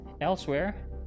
elsewhere